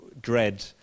dread